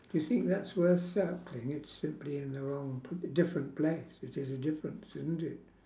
you think that's worth circling it's simply in a wrong p~ different place which is a difference isn't it